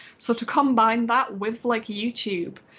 so to combine that with like youtube,